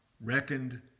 reckoned